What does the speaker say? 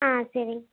ஆ சரி